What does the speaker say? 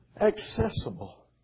accessible